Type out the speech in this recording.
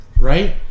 right